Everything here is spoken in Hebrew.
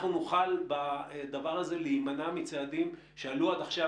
אנחנו נוכל בדבר הזה להימנע מצעדים שעלו עד עכשיו